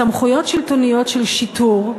סמכויות שלטוניות של שיטור,